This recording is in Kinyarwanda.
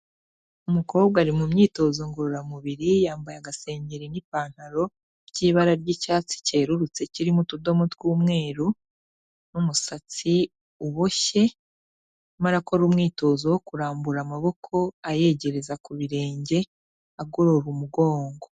Umukobwa ari mu myitozo ngororamubiri yambaye agasengeri n'ipantaro by'ibara ry'icyatsi cyerurutse kirimo utudomo tw'umweru n'umusatsi uboshye, arimo arakora umwitozo wo kurambura amaboko ayegereza ku birenge, agorora umugongo.